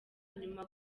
inyuma